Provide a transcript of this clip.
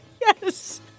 Yes